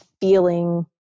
feeling